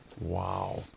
Wow